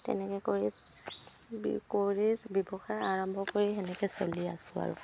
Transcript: তেনেকৈ কৰি কৰি ব্যৱসায় আৰম্ভ কৰি তেনেকৈ চলি আছোঁ আৰু